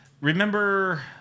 remember